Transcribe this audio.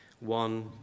One